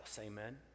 Amen